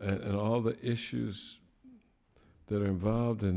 and all the issues that are involved in